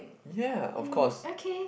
ya of course